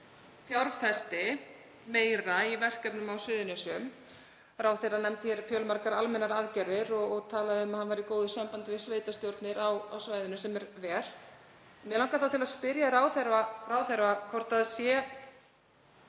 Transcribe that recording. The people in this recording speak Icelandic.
fjárfesti meira í verkefnum á Suðurnesjum. Ráðherra nefndi hér fjölmargar almennar aðgerðir og talaði um að hann væri í góðu sambandi við sveitarstjórnir á svæðinu, sem er vel. Mig langar þá til að spyrja ráðherra hvort það standi